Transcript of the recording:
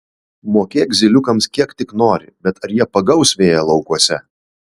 mokėk zyliukams kiek tik nori bet ar jie pagaus vėją laukuose